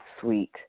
sweet